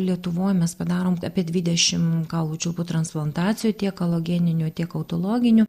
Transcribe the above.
lietuvoj mes padarom apie dvidešim kaulų čiulpų transplantacijų tiek alogeninių tiek autologinių